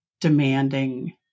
demanding